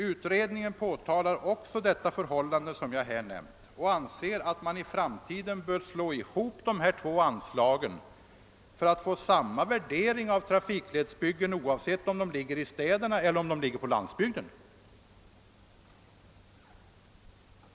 Utredningen påtalar ock så förhållandet och anser att man i framtiden bör slå ihop dessa två anslag för att få samma värdering av trafikledsbyggen oavsett om de ligger i städerna eller om de ligger på landsbygden.